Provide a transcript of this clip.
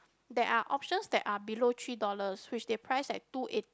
there are options that are below three dollars which they price at two eighty